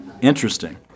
Interesting